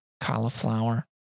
cauliflower